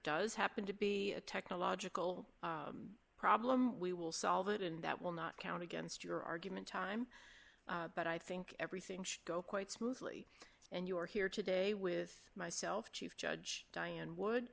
does happen to be a technological problem we will solve it and that will not count against your argument time but i think everything should go quite smoothly and you are here today with myself chief judge diane wo